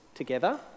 together